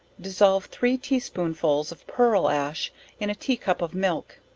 dissolve three tea spoonfuls of pearl ash in a tea cup of milk,